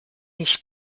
nicht